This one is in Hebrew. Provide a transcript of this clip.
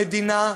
המדינה,